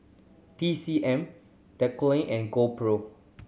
T C M Dequadin and GoPro